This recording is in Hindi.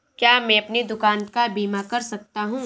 क्या मैं अपनी दुकान का बीमा कर सकता हूँ?